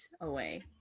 away